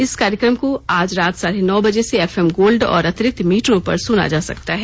इस कार्यक्रम को आज रात साढ़े नौ बजे से एफ एम गोल्ड और अतिरिक्त मीटरों पर सुना जा सकता है